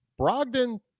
Brogdon